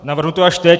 Navrhnu to až teď.